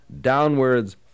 downwards